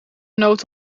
noot